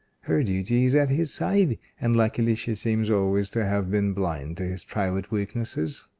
her duty is at his side and luckily she seems always to have been blind to his private weaknesses.